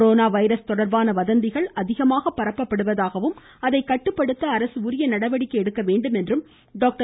corona virus தொடர்பான வதந்திகள் அதிகமாக பரப்பப்படுவதாகவும் அதை கட்டுப்படுத்துவதற்கு அரசு உரிய நடவடிக்கை எடுக்க வேண்டும் என்றும் டாக்டர்